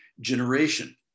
generation